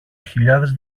χιλιάδες